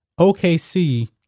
OKC